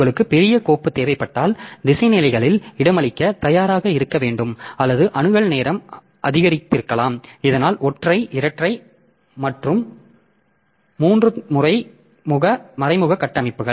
உங்களுக்கு பெரிய கோப்பு தேவைப்பட்டால் திசை நிலைகளில் இடமளிக்க தயாராக இருக்க வேண்டும் அல்லது அணுகல் நேரம் அதிகரித்திருக்கலாம் இதனால் ஒற்றை இரட்டை மற்றும் மூன்று மறைமுக கட்டமைப்புகள்